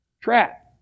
trap